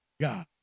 God